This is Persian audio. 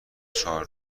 چهار